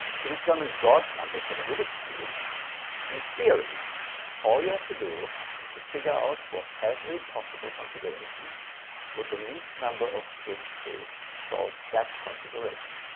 to determine god's number for the rubik's cube in theory all you have to do is to figure out for every possible configuration what the least number of twists is to solve that configuration.